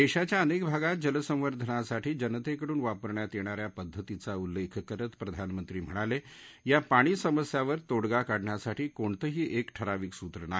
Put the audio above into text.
दक्षीच्या अनक्क भागात जलसंर्वधनासाठी जनतक्रिडून वापरण्यात यप्ती या पद्धतीचा उल्लख करत प्रधानमंत्री म्हणालखा पाणी समस्यावर तोडगा काढण्यासाठी कोणतही एक ठराविक सूत्र नाही